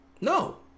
No